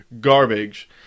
garbage